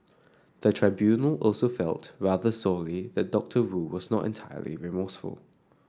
the tribunal also felt rather sorely that Doctor Wu was not entirely remorseful